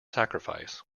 sacrifice